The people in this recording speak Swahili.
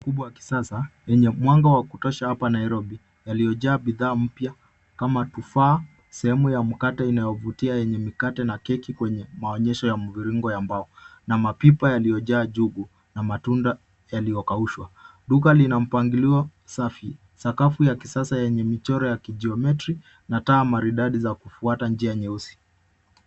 Kwa kisasa, duka hili lina mwanga wa kutosha hapa Nairobi, likiwa limejaa bidhaa mpya kama matunda safi, sehemu ya mkate inayouza mikate na keki, pamoja na maonyesho ya mbao na mapipa yaliyojaa karanga na matunda yaliyokaushwa. Duka limepangwa kwa usafi na mpangilio mzuri, sakafu yake ya kisasa ikiwa na michoro ya kijiometri, huku taa maridadi zikifuata njia nyoofu kwa mwanga wa kuvutia.